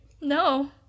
no